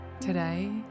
Today